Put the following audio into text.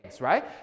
right